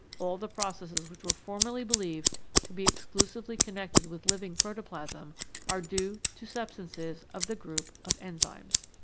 all the processes which were formerly believed to be exclusively connected with living protoplasm are due to substances of the group of enzymes.